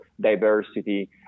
diversity